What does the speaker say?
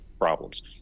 problems